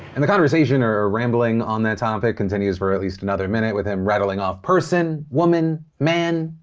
and the conversation, or a rambling on that topic continues for at least another minute with him rattling off person, woman, man,